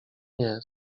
nie